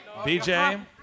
BJ